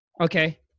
Okay